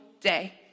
day